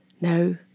No